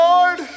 Lord